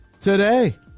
today